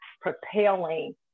propelling